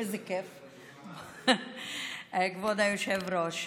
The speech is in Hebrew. כבוד היושב-ראש,